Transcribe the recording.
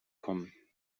kommen